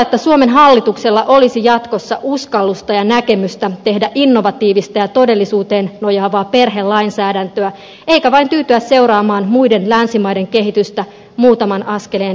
toivon todella että suomen hallituksella olisi jatkossa uskallusta ja näkemystä tehdä innovatiivista ja todellisuuteen nojaavaa perhelainsäädäntöä eikä vain tyytyä seuraamaan muiden länsimaiden kehitystä muutaman askeleen jäljessä